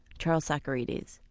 charles socarides.